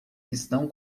estão